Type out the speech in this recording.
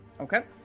Okay